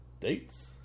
Dates